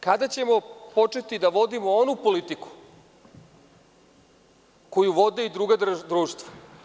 Kada ćemo početi da vodimo onu politiku koju vode i druga društva.